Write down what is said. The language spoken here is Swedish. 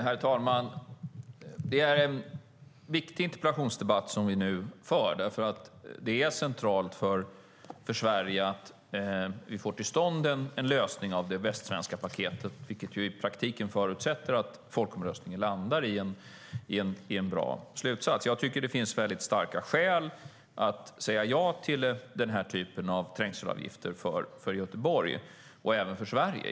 Herr talman! Det är en viktig interpellationsdebatt vi nu för. Det är centralt för Sverige att vi får till stånd en lösning för Västsvenska paketet, vilket i praktiken förutsätter att folkomröstningen landar i en bra slutsats. Jag tycker att det finns väldigt starka skäl att säga ja till den här typen av trängselavgifter för Göteborg och Sverige.